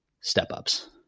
step-ups